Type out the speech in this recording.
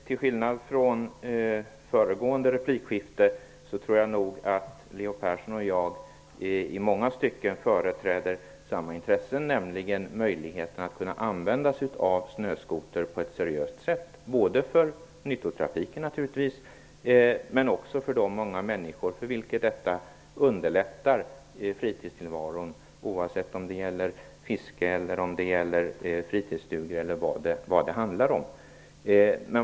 Till skillnad från föregående replikskifte tror jag att Leo Persson och jag i många stycken företräder samma intressen, nämligen möjligheten att kunna använda snöskoter på ett seriöst sätt, både i nyttotrafik, som för att underlätta fritidstillvaron, oavsett om det gäller fiske, fritidsstuga eller vad det kan vara.